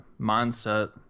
mindset